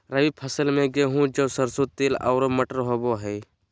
रबी फसल में गेहूं, जौ, सरसों, तिल आरो मटर होबा हइ